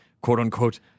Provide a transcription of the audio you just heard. quote-unquote